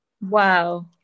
Wow